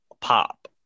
pop